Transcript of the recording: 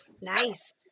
Nice